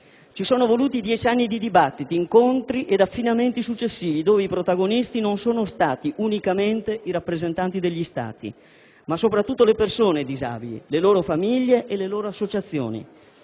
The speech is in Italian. Ci sono voluti dieci anni di dibattiti, incontri e raffinamenti successivi in cui i protagonisti non sono stati unicamente i rappresentanti degli Stati, ma soprattutto le persone disabili, le loro famiglie e le loro associazioni.